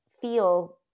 feel